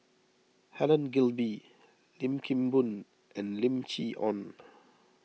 Helen Gilbey Lim Kim Boon and Lim Chee Onn